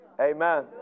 Amen